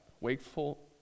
wakeful